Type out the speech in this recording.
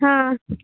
हँ